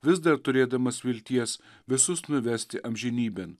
vis dar turėdamas vilties visus nuvesti amžinybėn